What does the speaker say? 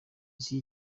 ese